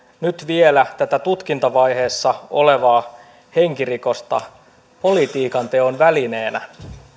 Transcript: nyt vielä tätä tutkintavaiheessa olevaa henkirikosta politiikanteon välineenä